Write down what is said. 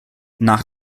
nach